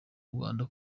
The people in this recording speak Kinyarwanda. rwanda